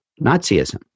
Nazism